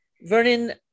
vernon